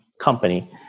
company